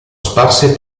sparse